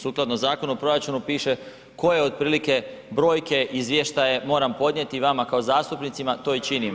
Sukladno Zakonu o proračunu piše koje otprilike brojke, izvještaje moram podnijeti vama kao zastupnicima, to i činim.